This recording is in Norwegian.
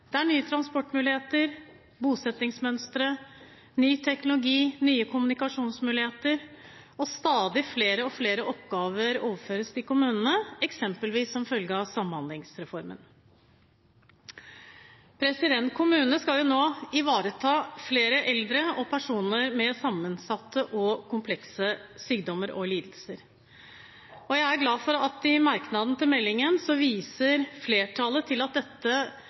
det er nye transportmuligheter, bosettingsmønstre, ny teknologi, nye kommunikasjonsmuligheter, og stadig flere og flere oppgaver overføres til kommunene, eksempelvis som følge av samhandlingsreformen. Kommunene skal jo nå ivareta flere eldre og personer med sammensatte og komplekse sykdommer og lidelser. Jeg er glad for at i en merknad i innstillingen viser flertallet til at dette